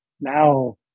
now